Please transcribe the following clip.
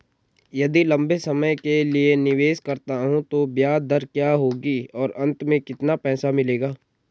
यदि लंबे समय के लिए निवेश करता हूँ तो ब्याज दर क्या होगी और अंत में कितना पैसा मिलेगा?